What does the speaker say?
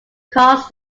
cause